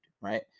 right